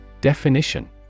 Definition